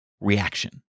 reaction